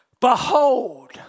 Behold